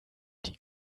die